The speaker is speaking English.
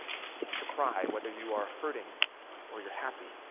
to cry whether you are hurting or you're happy,